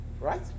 Right